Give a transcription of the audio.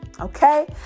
Okay